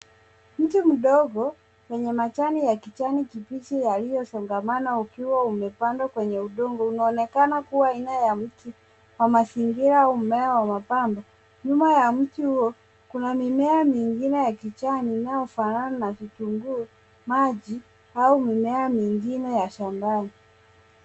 Mti mdogo wenye majani ya kijani kibichi yaliyosongamana ukiwa umepandwa kwenye udongo. Unaonekana kuwa aina ya mti wa mazingira au mmea wa mapambo. Nyuma ya mti huo, kuna mimea mingine ya kijani inayofanana na vitunguu maji au mimea mingine ya shambani.